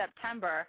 September